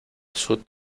sud